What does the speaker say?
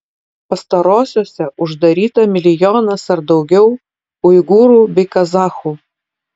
pastarosiose uždaryta milijonas ar daugiau uigūrų bei kazachų